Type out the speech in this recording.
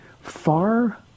far